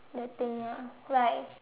the thing ya like